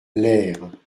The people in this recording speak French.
leers